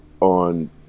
on